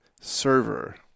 server